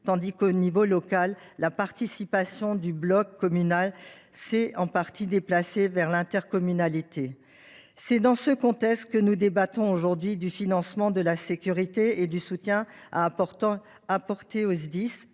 tandis que la participation du bloc communal s’est en partie déplacée vers l’intercommunalité. C’est dans ce contexte que nous débattons aujourd’hui du financement de la sécurité et du soutien à apporter aux Sdis